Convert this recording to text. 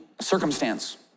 circumstance